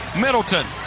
Middleton